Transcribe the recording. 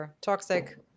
toxic